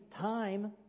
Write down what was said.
time